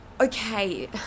Okay